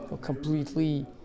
completely